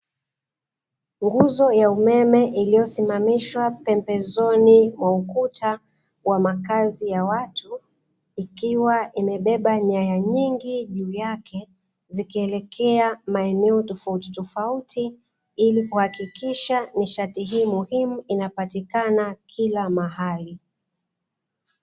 Nguzo ya umeme iliyosimamishwa pembezoni mwa ukuta wa makazi ya watu, ikiwa imebeba nyaya nyingi juu yake, zikielekea maeneo tofautitofauti ili kuhakikisha nishati hii muhimu inapatikana kila mahali.